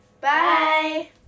bye